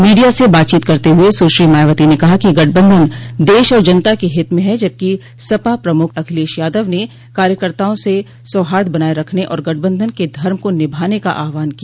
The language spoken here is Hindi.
मीडिया से बातचीत करते हुए सुश्री मायावती ने कहा कि यह गठबंधन देश और जनता के हित में है जबकि सपा प्रमुख अखिलेश यादव ने कार्यकर्ताओं से साहार्द बनाए रखने और गठबंधन के धर्म का निभाने का आहवान किया